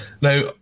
Now